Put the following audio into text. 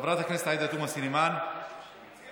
תודה